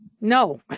no